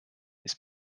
ist